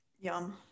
Yum